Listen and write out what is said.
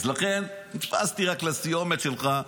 אז לכן נתפסתי רק לסיומת שלך,